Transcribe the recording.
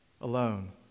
alone